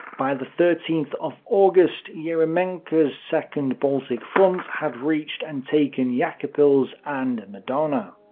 by the thirteenth of august, yeah eremenko's second baltic front had reached and taken yeah jekabpils and madona.